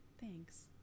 Thanks